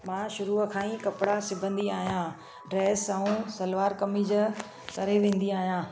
मां शुरूअ खां ई कपिड़ा सिबंदी आहियां ड्रैस ऐं सलवार कमीज करे वेंदी आहिंयां